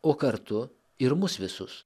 o kartu ir mus visus